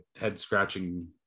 head-scratching